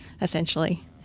essentially